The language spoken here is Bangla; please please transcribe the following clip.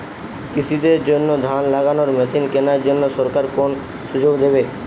কৃষি দের জন্য ধান লাগানোর মেশিন কেনার জন্য সরকার কোন সুযোগ দেবে?